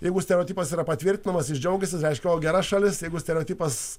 jeigu stereotipas yra patvirtinamasis jis džiaugiasi reiškia o gera šalis jeigu stereotipas